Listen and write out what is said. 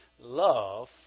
love